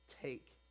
take